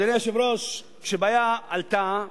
אדוני היושב-ראש, כשבעיה עולה,